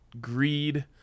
greed